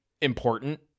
important